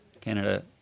Canada